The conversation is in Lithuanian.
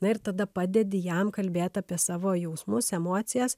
na ir tada padedi jam kalbėt apie savo jausmus emocijas